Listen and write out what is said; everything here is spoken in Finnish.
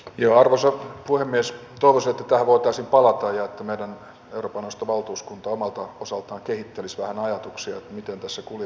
toivoisin että tähän voitaisiin palata ja että meidän euroopan neuvoston valtuuskunta omalta osaltaan kehittelisi vähän ajatuksia miten tässä kuljetaan eteenpäin